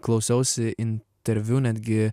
klausiausi interviu netgi